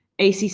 ACC